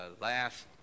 last